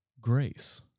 grace